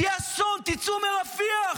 זה יהיה אסון, תצאו מרפיח.